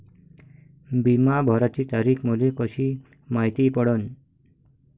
बिमा भराची तारीख मले कशी मायती पडन?